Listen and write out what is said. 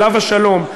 עליו השלום,